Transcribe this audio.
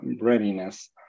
readiness